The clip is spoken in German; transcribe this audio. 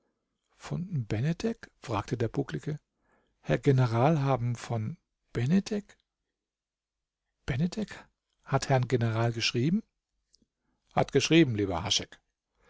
von benedek fragte der bucklige herr general haben von benedek benedek hat herrn general geschrieben hat geschrieben lieber